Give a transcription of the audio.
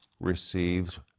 receives